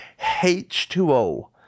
h2o